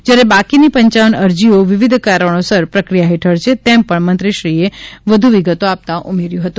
જ્યારે બાકીની પપ અરજીઓ વિવિધ કારણોસર પ્રક્રિયા હેઠળ છે તેમ પણ મંત્રીશ્રીએ વધુ વિગતો આપતાં ઉમેર્યું હતું